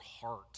heart